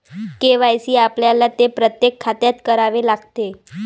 KYC आपल्याला ते प्रत्येक खात्यात करावे लागते